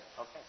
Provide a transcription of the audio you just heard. Okay